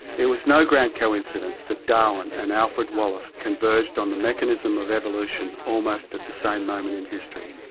it was no grand coincidence that darwin and alfred wallace converged on the mechanism of evolution almost at the same moment in history.